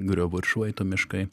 griovų ir šlaito miškai